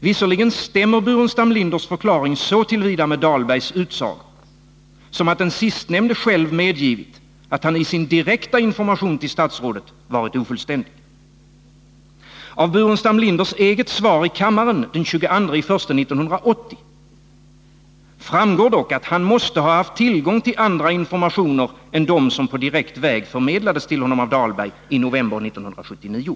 Visserligen stämmer Staffan Burenstam Linders förklaring så till vida med Benkt Dahlbergs utsagor, som att den sistnämnde själv medgivit att han i sin direkta information till statsrådet varit ofullständig. Av Staffan Burenstam Linders eget svar i kammaren den 22 januari 1980 framgår dock att han måste ha haft tillgång till andra informationer än dem som på direkt väg förmedlades till honom av Benkt Dahlberg i november 1979.